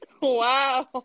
wow